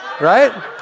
right